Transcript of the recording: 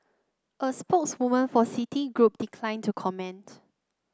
a spokeswoman for Citigroup declined to comment